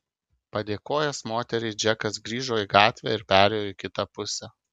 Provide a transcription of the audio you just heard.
padėkojęs moteriai džekas grįžo į gatvę ir perėjo į kitą pusę